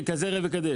החוק הוא כזה ראה וקדש?